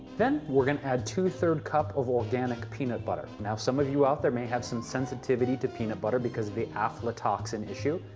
then we're going to add two-third cup of organic peanut butter. now, some of you out there may have some sensitivity to peanut butter because of the aflatoxin issue.